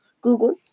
Google